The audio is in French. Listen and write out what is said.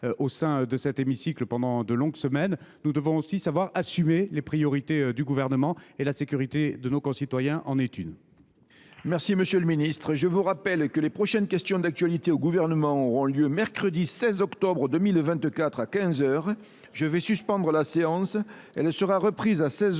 au sein de cet hémicycle, pendant de longues semaines, mais nous devons aussi savoir assumer les priorités du Gouvernement : la sécurité de nos concitoyens est l’une